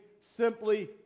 Simply